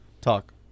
Talk